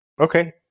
Okay